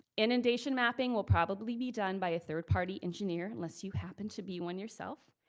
inundation mapping will probably be done by a third party engineer unless you happen to be one yourself.